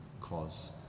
cause